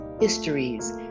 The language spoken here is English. histories